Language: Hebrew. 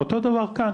אותו דבר כאן